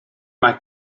mae